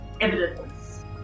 evidence